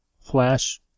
Flash